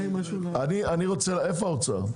האוצר,